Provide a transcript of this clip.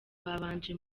babanje